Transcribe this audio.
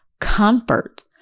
Comfort